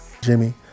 Jimmy